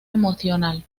emocional